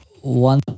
One